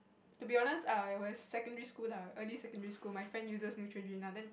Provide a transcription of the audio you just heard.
to be honest err it was secondary school lah early secondary school my friend uses Neutrogena then